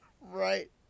Right